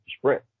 sprint